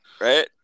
right